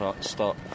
stop